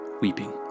weeping